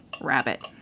Rabbit